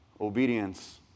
obedience